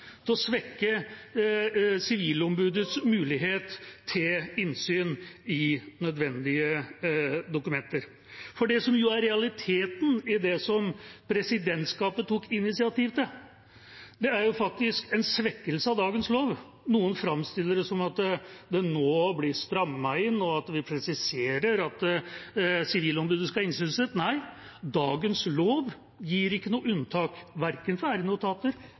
til å svekke Sivilombudets mulighet til innsyn i nødvendige dokumenter. Det som er realiteten i det som presidentskapet tok initiativ til, er jo faktisk en svekkelse av dagens lov. Noen framstiller det som at det nå blir strammet inn, og at vi presiserer at Sivilombudet skal ha innsynsrett. Nei, dagens lov gir ikke noe unntak, verken for